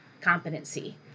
competency